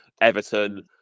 Everton